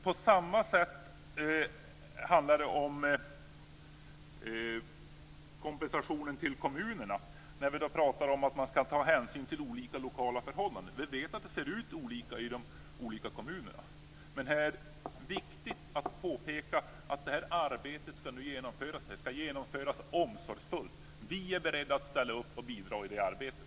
På samma sätt är det när det handlar om kompensationen till kommunerna, där vi pratar om att man skall ta hänsyn till olika lokala förhållanden. Vi vet att det ser olika ut i de olika kommunerna. Men det är viktig att påpeka att det här arbetet nu skall genomföras, och att det skall genomföras omsorgsfullt. Vi är beredda att ställa upp och bidra i det arbetet.